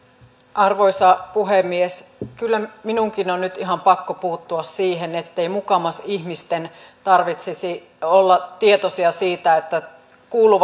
arvoisa puhemies kyllä minunkin on nyt ihan pakko puuttua siihen ettei mukamas ihmisten tarvitsisi olla tietoisia siitä kuuluvatko he kolme